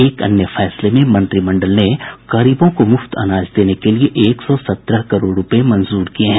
एक अन्य फैसले में मंत्रिमंडल ने गरीबों को मुफ्त अनाज देने के लिए एक सौ सत्रह करोड़ रूपये मंजूर किये हैं